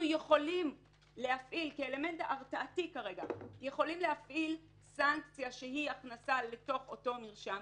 יכולים כאלמנט הרתעתי כרגע להפעיל סנקציה שהיא הכנסה לתוך אותו מרשם.